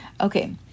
okay